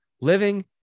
Living